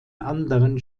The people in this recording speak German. anderen